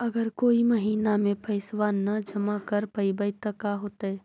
अगर कोई महिना मे पैसबा न जमा कर पईबै त का होतै?